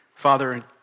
Father